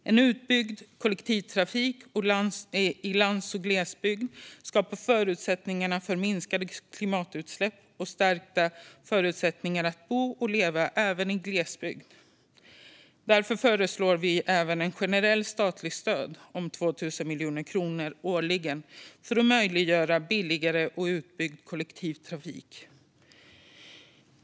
En utbyggd kollektivtrafik på landsbygd och i glesbygd skapar förutsättningar för minskade klimatutsläpp och stärkta förutsättningar att bo och leva även i glesbygd. Därför föreslår vi ett generellt statligt stöd om 2 000 miljoner kronor årligen för att möjliggöra billigare och utbyggd kollektivtrafik.